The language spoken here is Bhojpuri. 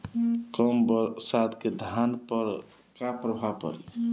कम बरसात के धान पर का प्रभाव पड़ी?